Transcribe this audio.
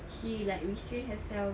she like restrained herself